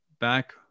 back